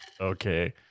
okay